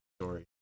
story